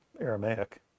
aramaic